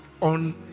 on